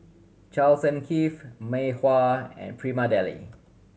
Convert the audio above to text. Charles and Keith Mei Hua and Prima Deli